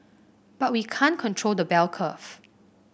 but we can't control the bell curve